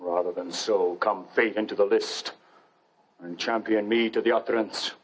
rather than so come fate into the list and championed me to the author and